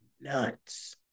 nuts